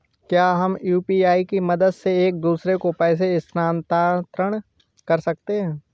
क्या हम यू.पी.आई की मदद से एक दूसरे को पैसे स्थानांतरण कर सकते हैं?